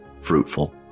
fruitful